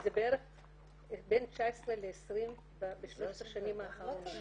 זה בערך בין 19-20 בשלושת האחרונות.